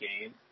game